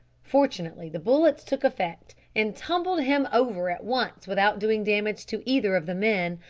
fortunately the bullets took effect, and tumbled him over at once without doing damage to either of the men,